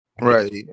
Right